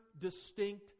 distinct